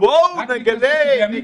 אז בואו נגלה אחריות.